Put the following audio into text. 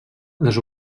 les